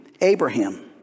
Abraham